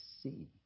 see